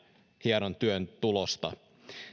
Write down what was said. hienon työn tulosta heillä